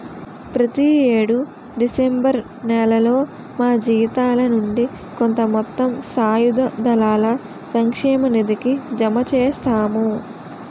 ప్రతి యేడు డిసెంబర్ నేలలో మా జీతాల నుండి కొంత మొత్తం సాయుధ దళాల సంక్షేమ నిధికి జమ చేస్తాము